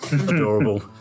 Adorable